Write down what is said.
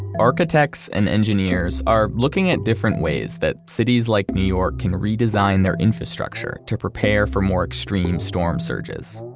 architects and engineers are looking at different ways that cities like new york can redesign their infrastructure to prepare for more extreme storm surges.